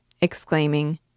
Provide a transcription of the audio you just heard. exclaiming